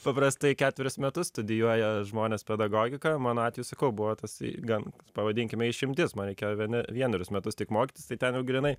paprastai keturis metus studijuoja žmonės pedagogiką mano atveju sakau buvo tasai gan pavadinkime išimtis man reikėjo na vienerius metus tik mokytis tai ten jau grynai